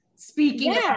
Speaking